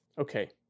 Okay